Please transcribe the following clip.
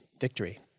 victory